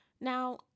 Now